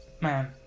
man